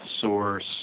source